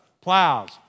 plows